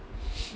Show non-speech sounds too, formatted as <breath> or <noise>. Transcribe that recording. <breath>